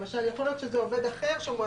למשל, יכול להיות עובד אחר שמועסק.